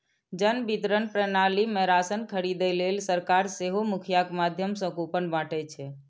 जन वितरण प्रणाली मे राशन खरीदै लेल सरकार सेहो मुखियाक माध्यम सं कूपन बांटै छै